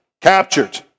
Captured